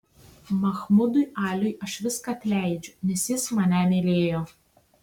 mahmudui aliui aš viską atleidžiu nes jis mane mylėjo